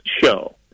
show